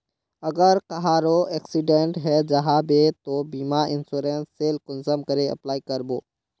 अगर कहारो एक्सीडेंट है जाहा बे तो बीमा इंश्योरेंस सेल कुंसम करे अप्लाई कर बो?